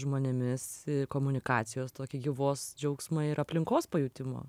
žmonėmis komunikacijos tokį gyvos džiaugsmą ir aplinkos pajutimą